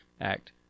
Act